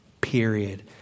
period